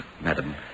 madam